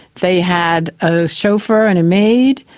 they had a chauffeur and a maid.